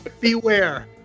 Beware